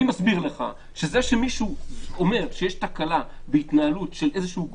אני מסביר לך שזה שמישהו אומר שיש תקלה בהתנהלות של איזשהו גוף,